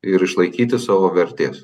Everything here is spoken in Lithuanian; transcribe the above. ir išlaikyti savo vertės